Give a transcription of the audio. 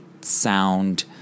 sound